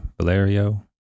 Valerio